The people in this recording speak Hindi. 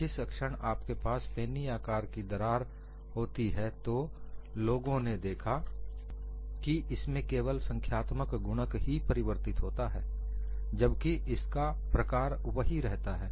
जिस क्षण आपके पास पेन्नी आकार की दरार होती है तो लोगों ने देखा है कि इसमें केवल संख्यात्मक गुणक ही परिवर्तित होता है जबकि इसका प्रकार वही रहता है